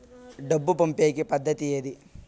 డబ్బు పంపేకి పద్దతి ఏది